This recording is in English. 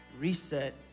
reset